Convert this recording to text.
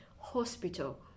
hospital